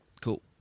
Cool